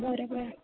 बरं बरं